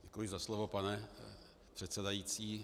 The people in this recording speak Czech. Děkuji za slovo, pane předsedající.